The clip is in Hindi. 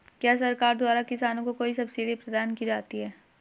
क्या सरकार द्वारा किसानों को कोई सब्सिडी प्रदान की जाती है?